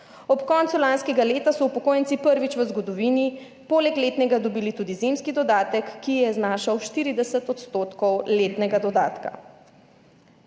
Ob koncu lanskega leta so upokojenci prvič v zgodovini poleg letnega dobili tudi zimski dodatek, ki je znašal 40 odstotkov letnega dodatka.